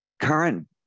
Current